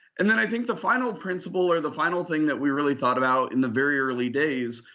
and then i think the final principle or the final thing that we really thought about in the very early days,